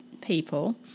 people